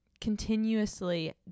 continuously